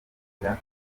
kera